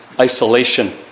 isolation